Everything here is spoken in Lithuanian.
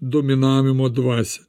dominavimo dvasią